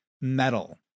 metal